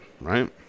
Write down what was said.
right